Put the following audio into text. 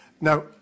Now